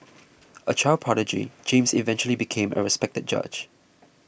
a child prodigy James eventually became a respected judge